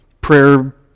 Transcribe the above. prayer